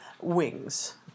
wings